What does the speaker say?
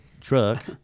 truck